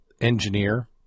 engineer